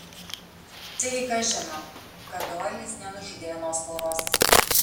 taigi kas žino kad doilis nenužudė vienos poros